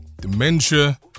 dementia